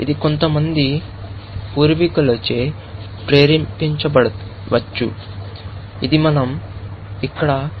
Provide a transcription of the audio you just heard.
ఇది కొంతమంది పూర్వీకులచే ప్రేరేపించబడవచ్చు ఇది మనం ఇక్కడ స్పష్టంగా చెప్పాము